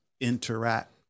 interact